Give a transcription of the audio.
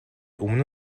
өмнө